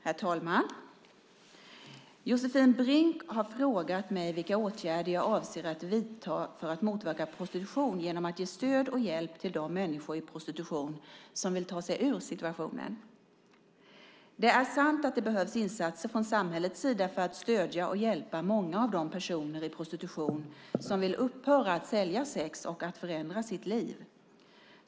Herr talman! Josefin Brink har frågat mig vilka åtgärder jag avser att vidta för att motverka prostitution genom att ge stöd och hjälp till de människor i prostitution som vill ta sig ur situationen. Det är sant att det behövs insatser från samhällets sida för att stödja och hjälpa många av de personer i prostitution som vill upphöra att sälja sex och förändra sitt liv.